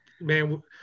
man